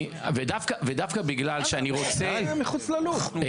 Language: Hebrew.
--- מחוץ ללופ.